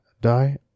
die